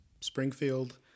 Springfield